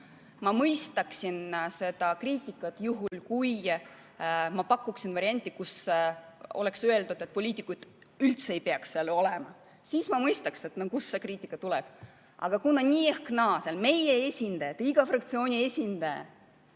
Ma mõistaksin seda kriitikat, juhul kui ma pakuksin varianti, et poliitikuid üldse ei peaks seal olema, siis ma mõistaksin, kust see kriitika tuleb. Aga nii ehk naa seal meie esindajad, iga fraktsiooni esindaja